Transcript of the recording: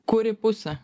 kuri pusė